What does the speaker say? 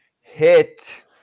hit